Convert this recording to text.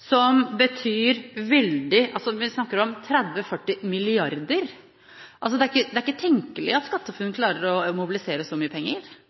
30 mrd. kr–40 mrd. kr. Det er ikke tenkelig at SkatteFUNN klarer å mobilisere så mye penger.